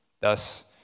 Thus